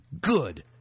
good